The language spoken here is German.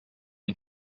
den